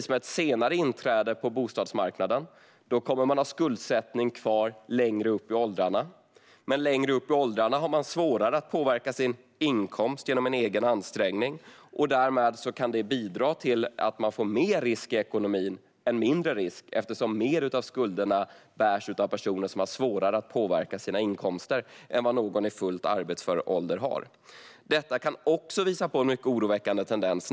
Med ett senare inträde på bostadsmarknaden kommer man givetvis att ha kvar skuldsättning längre upp i åldrarna. Men längre upp i åldrarna har man svårare att påverka sin inkomst genom egen ansträngning. Därmed kan detta bidra till att man får större risk i ekonomin i stället för mindre, eftersom mer av skulderna bärs av personer som har svårare att påverka sina inkomster än vad någon i fullt arbetsför ålder har. Detta kan också visa på en mycket oroväckande tendens.